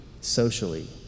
socially